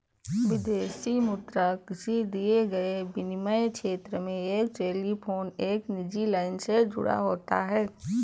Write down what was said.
विदेशी मुद्रा किसी दिए गए विनिमय क्षेत्र में एक टेलीफोन एक निजी लाइन से जुड़ा होता है